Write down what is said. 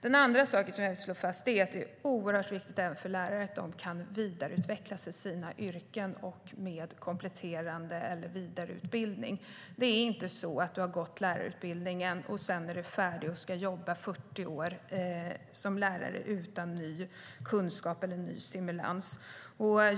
Den andra saken som jag vill slå fast är att det är oerhört viktigt även för lärare att de kan vidareutvecklas i sitt yrke med kompletterande utbildning eller vidareutbildning. Man är inte klar och kan jobba i 40 år utan ny kunskap eller stimulans när man har gått lärarutbildningen.